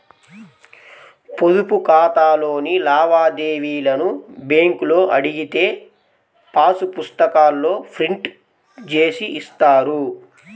పొదుపు ఖాతాలోని లావాదేవీలను బ్యేంకులో అడిగితే పాసు పుస్తకాల్లో ప్రింట్ జేసి ఇస్తారు